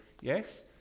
yes